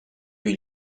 eut